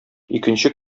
икенче